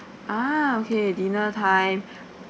ah okay dinner time